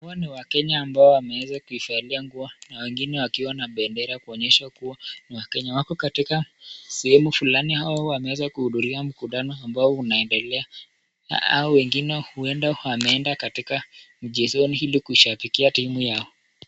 Hawa ni wakenya ambao wameweza kuivalia nguo na wengine wakiwa na bendera kuonyesha kuwa ni wakenya, wako katika sehemu fulani au wameweza kuhudhuria mkutano ambao unaendelea, hao wengine huenda wameenda katika mchezoni ili kushabikia timu yao.